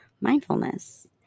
mindfulness